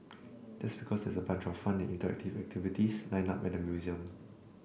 that's because there's a bunch of fun and interactive activities lined up at the museum